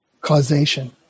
causation